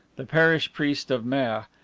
the parish priest of mer,